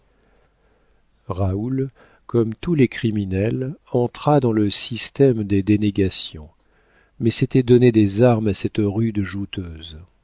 raoul comme tous les criminels entra dans le système des dénégations mais c'était donner des armes à cette rude jouteuse